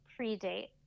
predate